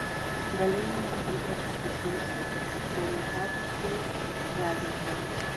galėjome priversti šulcą tuojau pat atskleisti degintoją